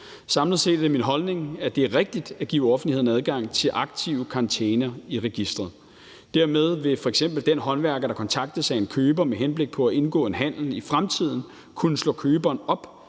Samlet set er det min holdning, at det er rigtigt at give offentligheden adgang til aktive karantæner i registeret. Dermed vil f.eks. den håndværker, der kontaktes af en køber med henblik på at indgå en handel i fremtiden, kunne slå køberen op